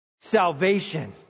salvation